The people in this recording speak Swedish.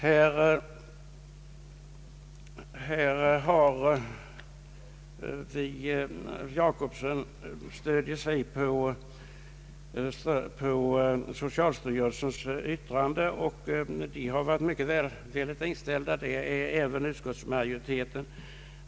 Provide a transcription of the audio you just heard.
Herr Per Jacobsson stöder sig på socialstyrelsens yttrande. Styrelsen har varit mycket välvilligt inställd, och det är även utskottsmajoriteten.